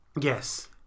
Yes